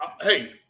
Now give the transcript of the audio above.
Hey